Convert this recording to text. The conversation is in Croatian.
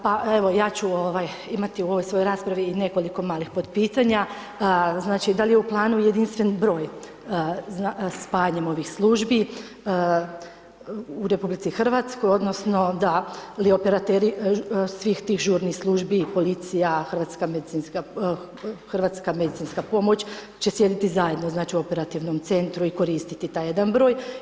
Pa evo, ja ću imati u ovoj svojoj raspravi nekoliko malih potpitanja, da li je u planu jedinstven broj, spajanjem ovih službi u RH, odnosno, da operateri svih tih žurnih službi i policija, hrvatska medicinska pomoć će sjediti zajedno u operativnom centru i koristiti jedan broj.